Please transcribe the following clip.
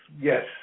Yes